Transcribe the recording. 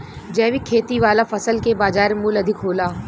जैविक खेती वाला फसल के बाजार मूल्य अधिक होला